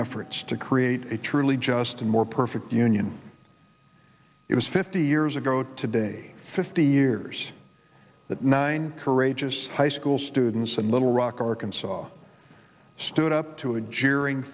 efforts to create a truly just a more perfect union it was fifty years ago today fifty years that nine courageous high school students in little rock arkansas stood up to a jeering